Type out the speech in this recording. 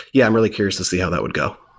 yeah, i'm really curious to see how that would go.